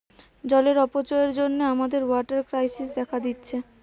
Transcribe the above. জলের অপচয়ের জন্যে আমাদের ওয়াটার ক্রাইসিস দেখা দিচ্ছে